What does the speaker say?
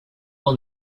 will